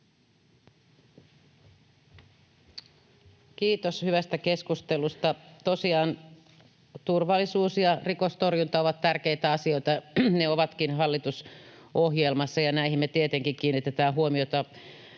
Kiitos hyvästä keskustelusta! Tosiaan turvallisuus ja rikostorjunta ovat tärkeitä asioita. Ne ovatkin hallitusohjelmassa, ja näihin me tietenkin kiinnitämme huomiota.